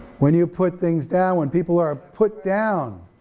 when you put things down, when people are put down,